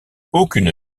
aucune